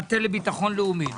מטה לביטחון לאומי.